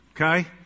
okay